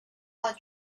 are